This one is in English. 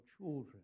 children